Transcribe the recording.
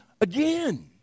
again